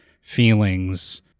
feelings